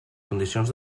condicions